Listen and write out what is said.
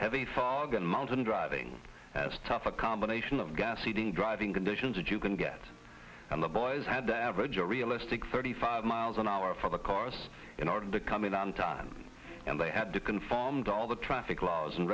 heavy fog and mountain driving as tough a combination of gas eating driving conditions as you can get and the boys had to average a realistic thirty five miles an hour for the cars in order to come in on time and they had to conform to all the traffic laws and